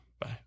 bye